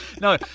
No